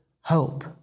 hope